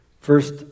first